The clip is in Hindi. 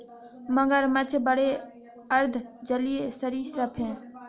मगरमच्छ बड़े अर्ध जलीय सरीसृप हैं